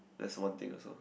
that's one thing also